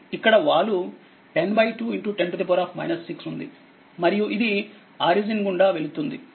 ఇక్కడ వాలు 102 10 6ఉంది మరియు ఇది ఆరిజిన్ గుండా వెళుతుంది